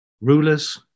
rulers